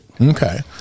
Okay